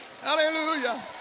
Hallelujah